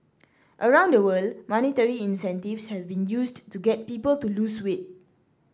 around the world monetary incentives have been used to get people to lose weight